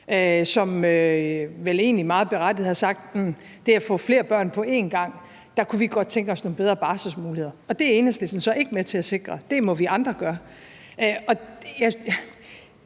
som vel egentlig meget berettiget har sagt: Når vi får flere børn på en gang, kunne vi godt tænke os nogle bedre barselsmuligheder. Og det er Enhedslisten så ikke med til at sikre; det må vi andre gøre.